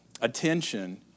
attention